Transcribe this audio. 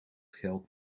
geld